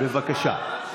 בבקשה.